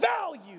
value